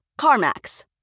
CarMax